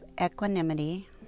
equanimity